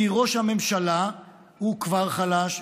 כי ראש הממשלה הוא כבר חלש,